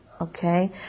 Okay